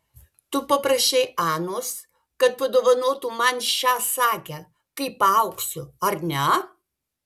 tu paprašei anos kad padovanotų man šią sagę kai paaugsiu ar ne